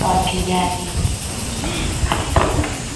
la kijani.